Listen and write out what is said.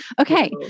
Okay